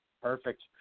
Perfect